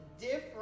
different